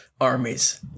armies